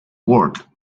world